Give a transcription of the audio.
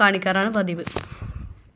കാണിക്കാറാണ് പതിവ്